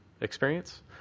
experience